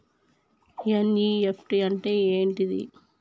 NEFT అంటే ఏంటిది?